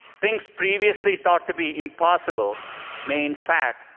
things previously thought to be impossible may, in fact,